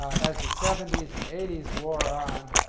as the seventy s and eighty s wore on,